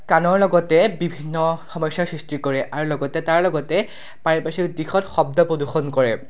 কাণৰ লগতে বিভিন্ন সমস্যাৰ সৃষ্টি কৰে আৰু লগতে তাৰ লগতে পাৰিপাৰ্শ্বিক দিশত শব্দ প্ৰদূষণ কৰে